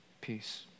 peace